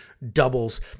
doubles